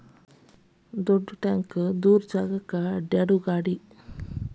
ದೊಡ್ಡ ಟ್ಯಾಂಕ ದೂರ ಸ್ಥಳಕ್ಕ ಅಡ್ಯಾಡು ಗಾಡಿ